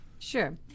sure